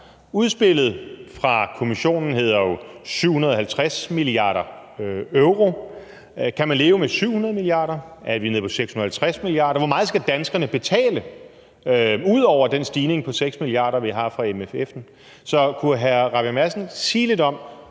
Udspillet fra Kommissionen hedder jo 750 mia. euro. Kan man leve med 700 mia. euro? Er vi nede på 650 mia. euro? Hvor meget skal danskerne betale udover den stigning på 6 mia. euro, vi har fra MFF'en? Så kunne hr. Christian Rabjerg Madsen sige lidt om,